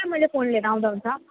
मैले फोन लिएर आउँदा हुन्छ